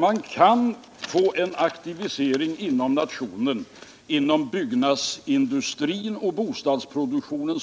Man kan åstadkomma en aktivering inom nationen be träffande byggnadsindustrin och bostadsproduktionen